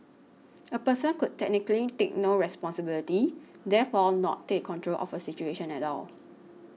a person could technically take no responsibility therefore not take control of a situation at all